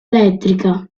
elettrica